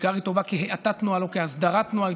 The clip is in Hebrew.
כיכר היא טובה כהאטת תנועה ולא כהסדרת תנועה.